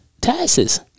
taxes